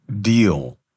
deal